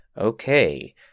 Okay